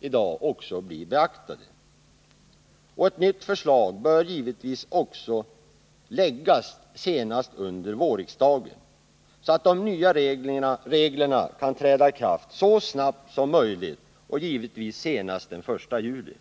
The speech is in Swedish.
i dag blir beaktade. Ett nytt förslag bör givetvis läggas senast under våren, så att de nya reglerna kan träda i kraft så snabbt som möjligt och senast den 1 juli 1980.